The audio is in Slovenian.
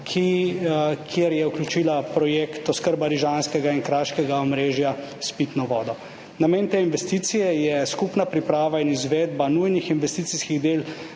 je vključila projekt oskrbe rižanskega in kraškega omrežja s pitno vodo. Namen te investicije je skupna priprava in izvedba nujnih investicijskih del